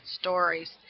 Stories